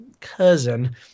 cousin